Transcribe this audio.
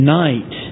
night